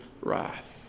wrath